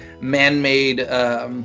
man-made